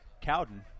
Cowden